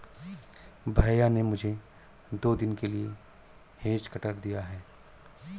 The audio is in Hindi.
भैया ने मुझे दो दिन के लिए हेज कटर दिया है